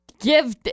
give